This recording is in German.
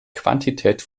quantität